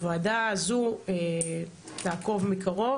הוועדה הזו תעקוב מקרוב,